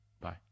Bye